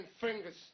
fingers